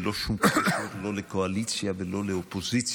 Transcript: ללא שום קשר לא לקואליציה ולא לאופוזיציה,